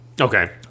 Okay